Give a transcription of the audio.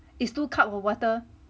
it's two cup of water